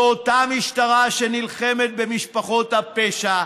זו אותה משטרה שנלחמת במשפחות הפשע,